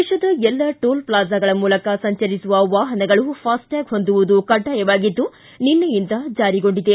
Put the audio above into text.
ದೇತದ ಎಲ್ಲ ಟೋಲ್ ಪ್ಲಾಜಾಗಳ ಮೂಲಕ ಸಂಚರಿಸುವ ವಾಹನಗಳು ಫಾಸ್ಟೆಟ್ಯಾಗ್ ಹೊಂದುವುದು ಕಡ್ಡಾಯವಾಗಿದ್ದು ನಿನ್ನೆಯಿಂದ ಜಾರಿಗೊಂಡಿದೆ